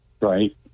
Right